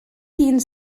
hun